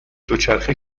دوچرخه